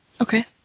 Okay